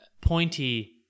pointy